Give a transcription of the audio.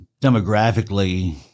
demographically